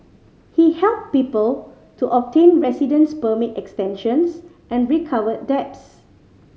he helped people to obtain residence permit extensions and recovered debts